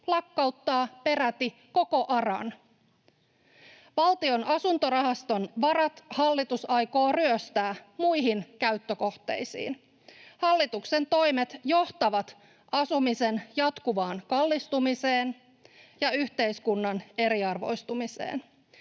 lakkauttaa peräti koko ARAn. Valtion asuntorahaston varat hallitus aikoo ryöstää muihin käyttökohteisiin. Hallituksen toimet johtavat asumisen jatkuvaan kallistumiseen ja yhteiskunnan eriarvoistumiseen.